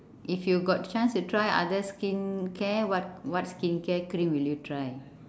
if you got chance to try other skin care what what skin care cream would you try